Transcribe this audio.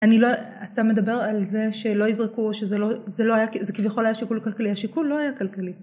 אני לא, אה אתה מדבר על זה שלא יזרקו, שזה לא, זה לא היה, זה כביכול היה שיקול כלכל. השיקול לא היה כלכלי